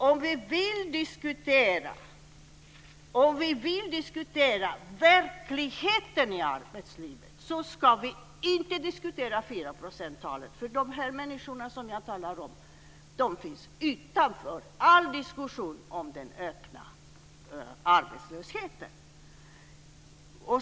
Om vi alltså vill diskutera verkligheten i arbetslivet ska vi inte diskutera 4-procentstalet. De människor jag talar om finns utanför all diskussion om den öppna arbetslösheten.